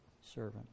servant